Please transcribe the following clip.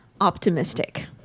optimistic